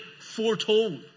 foretold